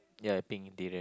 ya pink interior